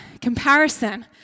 comparison